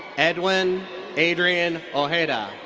edwin adrian ojeda.